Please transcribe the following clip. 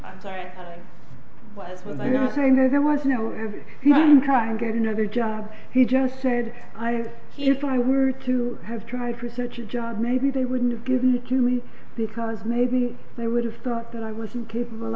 i was saying that there was no crime get another job he just said i if i were to have tried for such a job maybe they wouldn't have given it to me because maybe they would have thought that i was incapable